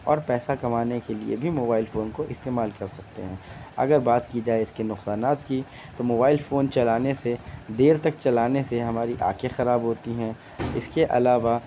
اور پیسہ کمانے کے لیے بھی موبائل فون کو استعمال کر سکتے ہیں اگر بات کی جائے اس کے نقصانات کی تو موبائل فون چلانے سے دیر تک چلانے سے ہماری آنکھیں خراب ہوتی ہیں اس کے علاوہ